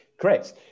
Correct